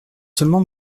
seulement